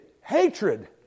hatred